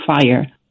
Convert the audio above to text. fire